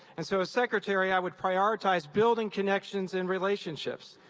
and so as secretary, i would prioritize building connections and relationships.